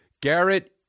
Garrett